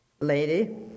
Lady